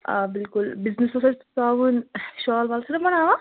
آ بِلکُل بِزنٮِس اوس اَسہِ ترٛاوُن شال وال چھُ نہ بَناوان